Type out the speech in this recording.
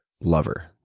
lover